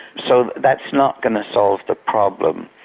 so that's not going to solve the problem.